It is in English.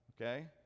okay